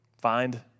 Find